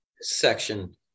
section